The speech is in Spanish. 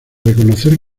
reconocer